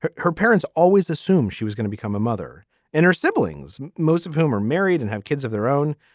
her parents always assumed she was going to become a mother and her siblings most of whom are married and have kids of their own.